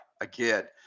Again